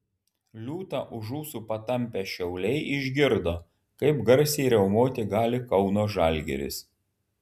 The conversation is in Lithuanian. liūtą už ūsų patampę šiauliai išgirdo kaip garsiai riaumoti gali kauno žalgiris